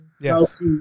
yes